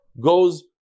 goes